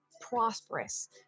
prosperous